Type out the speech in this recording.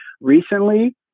recently